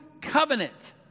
covenant